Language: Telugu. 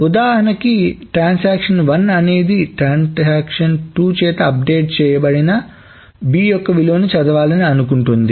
ఉదాహరణకి ట్రాన్సాక్షన్1 అనేది ట్రాన్సాక్షన్2 చేత అప్డేట్ చేయబడిన B యొక్క విలువను చదవాలి అనుకుంటుంది